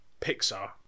Pixar